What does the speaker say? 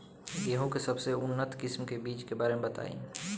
गेहूँ के सबसे उन्नत किस्म के बिज के बारे में बताई?